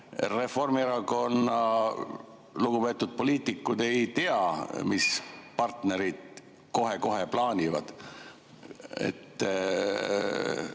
Reformierakonna lugupeetud poliitikud ei tea, mida partnerid kohe-kohe plaanivad? Nad